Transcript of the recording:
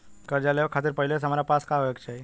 कर्जा लेवे खातिर पहिले से हमरा पास का होए के चाही?